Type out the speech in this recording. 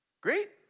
Great